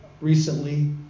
recently